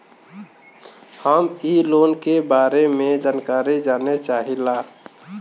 हम इ लोन के बारे मे जानकारी जाने चाहीला?